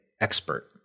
expert